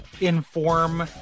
inform